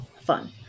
fun